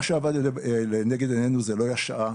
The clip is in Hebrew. מה שעמד לנגד עינינו זה לא היה השעה.